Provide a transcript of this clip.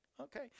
Okay